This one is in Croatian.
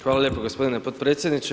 Hvala lijepo gospodine podpredsjedniče.